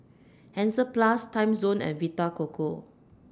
Hansaplast Timezone and Vita Coco